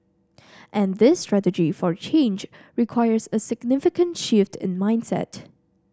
and this strategy for change requires a significant shift in mindset